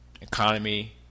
economy